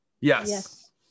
Yes